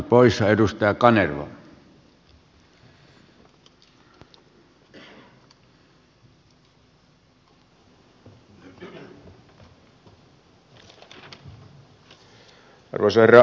arvoisa herra puhemies